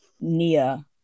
Nia